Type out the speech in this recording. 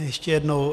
Ještě jednou.